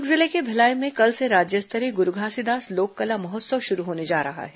द्र्ग जिले के भिलाई में कल से राज्य स्तरीय गुरू घासीदास लोककला महोत्सव शुरू होने जा रहा है